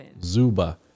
Zuba